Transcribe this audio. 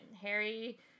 Harry